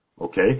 Okay